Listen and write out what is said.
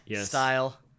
style